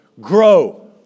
grow